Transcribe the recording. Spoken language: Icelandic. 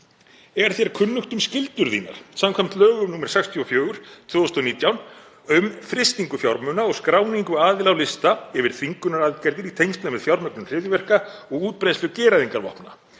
Er þér kunnugt um skyldur þínar samkvæmt lögum nr. 64/2019, um frystingu fjármuna og skráningu aðila á lista yfir þvingunaraðgerðir í tengslum við fjármögnun hryðjuverka og útbreiðslu gereyðingarvopna?